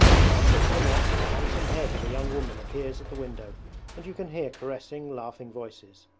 in answer to the knock the handsome head of a young woman appears at the window and you can hear caressing, laughing voices.